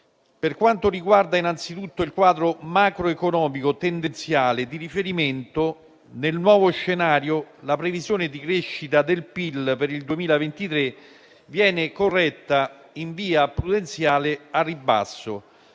Per quanto riguarda innanzitutto il quadro macroeconomico tendenziale di riferimento, nel nuovo scenario la previsione di crescita del PIL per il 2023 viene corretta in via prudenziale al ribasso,